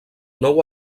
nou